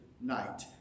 night